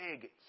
big